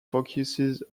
focuses